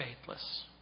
faithless